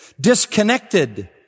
disconnected